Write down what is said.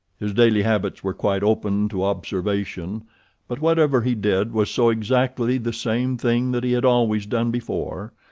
his daily habits were quite open to observation but whatever he did was so exactly the same thing that he had always done before,